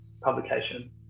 publication